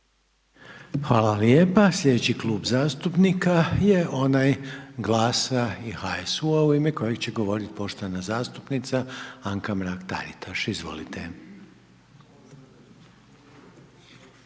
Hvala lijepa. Sljedeći Klub zastupnika je onaj GLAS-a i HSU-a u ime kojeg će govoriti poštovana zastupnica Anka Mrak Taritaš, izvolite.